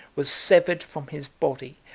was severed from his body,